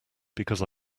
because